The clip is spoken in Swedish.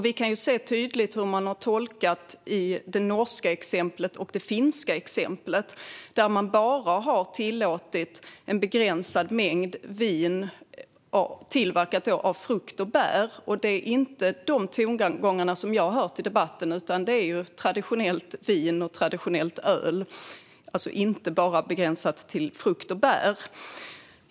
Vi kan se tydligt hur det har tolkats i det norska och det finska exemplet, där man bara har tillåtit en begränsad mängd vin tillverkat av frukt och bär. Det är inte dessa tongångar som jag har hört i debatten, utan det är ju traditionellt vin och öl, alltså inte bara begränsat till frukt och bär.